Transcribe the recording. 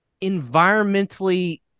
environmentally